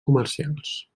comercials